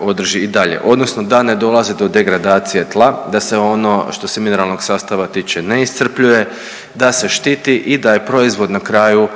održi i dalje, odnosno da ne dolazi do degradacije tla, da se ono što se mineralnog sastava tiče ne iscrpljuje, da se štiti i da je proizvod na kraju